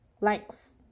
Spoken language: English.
Likes